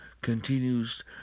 continues